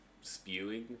spewing